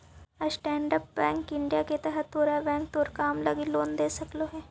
stand up India योजना के तहत तोरा बैंक तोर काम लागी लोन दे सकलो हे